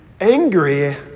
angry